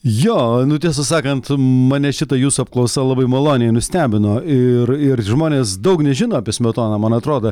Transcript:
jo nu tiesą sakant mane šita jūsų apklausa labai maloniai nustebino ir ir žmonės daug nežino apie smetoną man atrodo